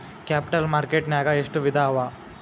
Capital market ನ್ಯಾಗ್ ಎಷ್ಟ್ ವಿಧಾಅವ?